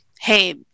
hey